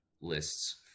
lists